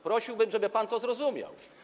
Prosiłbym, żeby pan to zrozumiał.